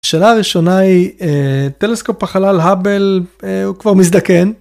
שאלה ראשונה היא: טלסקופ החלל האבל הוא כבר מזדקן.